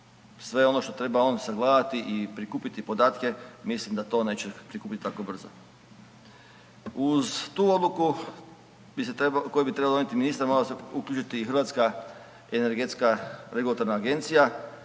sve ono što treba on sagledati i prikupiti podatke mislim da to neće prikupiti tako brzo. Uz tu odluku koju bi trebao donijeti ministar mora se uključiti i HERA koja bi trebala napraviti